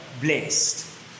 blessed